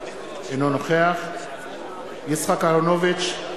אגבאריה, אינו נוכח יצחק אהרונוביץ,